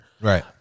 right